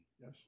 Yes